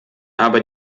aber